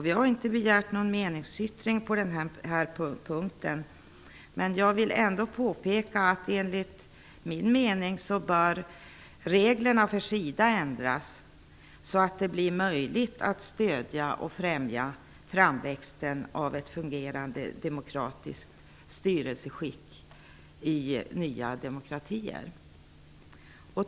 Vi har inte begärt någon meningsyttring på den här punkten, men jag vill ändå påpeka att reglerna för SIDA enligt min mening bör ändras så att det blir möjligt att stödja och främja framväxten av ett fungerande demokratiskt styrelseskick i nya demokratier.